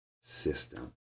system